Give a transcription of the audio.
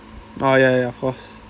oh ya ya ya of course